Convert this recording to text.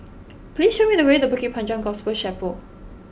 please show me the way to Bukit Panjang Gospel Chapel